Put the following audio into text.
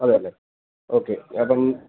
അതെ അല്ലേ ഓക്കെ ഞാന് അപ്പം